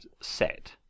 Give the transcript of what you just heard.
set